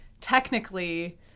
technically